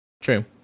True